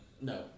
No